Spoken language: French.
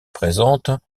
présente